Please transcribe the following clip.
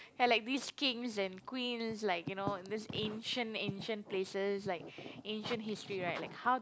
ya like this kings and queens like you know in these ancient ancient places like ancient history right like how do